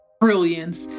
brilliance